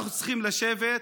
אנחנו צריכים לשבת,